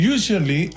Usually